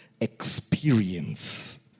experience